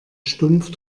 stumpf